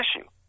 issue